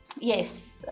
Yes